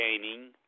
gaining –